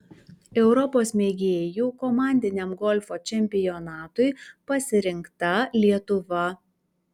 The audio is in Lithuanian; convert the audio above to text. europos mėgėjų komandiniam golfo čempionatui pasirinkta lietuva